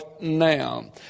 now